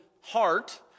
heart